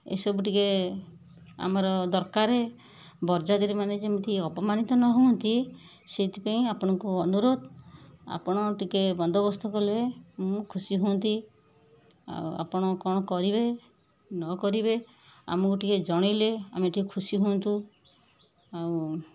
ଏସବୁ ଟିକେ ଆମର ଦରକାର ବରଯାତ୍ରୀ ମାନେ ଯେମିତି ଅପମାନିତ ନ ହୁଅନ୍ତି ସେଇଥିପାଇଁ ଆପଣଙ୍କୁ ଅନୁରୋଧ ଆପଣ ଟିକେ ବନ୍ଦବୋସ୍ତ କଲେ ମୁଁ ଖୁସି ହୁଅନ୍ତି ଆଉ ଆପଣ କ'ଣ କରିବେ ନ କରିବେ ଆମକୁ ଟିକେ ଜଣାଇଲେ ଆମେ ଟିକେ ଖୁସି ହୁଅନ୍ତୁ ଆଉ